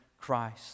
Christ